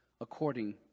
according